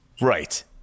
Right